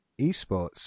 eSports